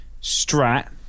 strat